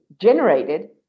generated